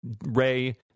Ray